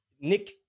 Nick